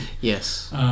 Yes